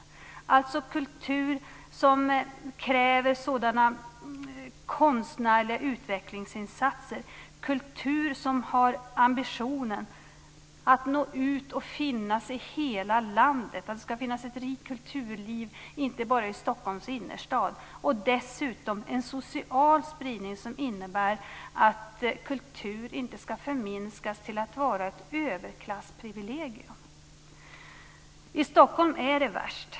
Det gäller kultur som kräver sådana konstnärliga utvecklingsinsatser och kultur som har ambitionen att nå ut och finnas i hela landet, så att det finns ett rikt kulturliv inte bara i Stockholms innerstad. Dessutom ska det vara en social spridning som innebär att kultur inte ska förminskas till att vara ett överklassprivilegium. I Stockholm är det värst.